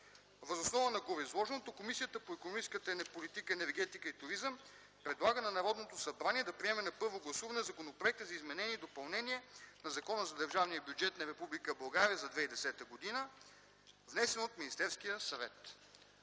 Въз основа на гореизложеното Комисията по икономическата политика, енергетика и туризъм предлага на Народното събрание да приеме на първо гласуване Законопроекта за изменение и допълнение на Закона за държавния бюджет на Република България за 2010 г., внесен от Министерския съвет.”